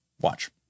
Watch